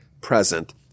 present